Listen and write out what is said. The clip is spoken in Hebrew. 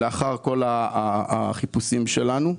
לאחר כל החיפושים שלנו,